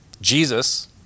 Jesus